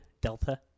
Delta